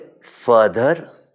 further